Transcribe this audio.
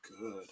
good